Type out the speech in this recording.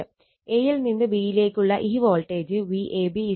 A യിൽ നിന്ന് B യിലേക്കുള്ള ഈ വോൾട്ടേജ് VAB Vab ആണ്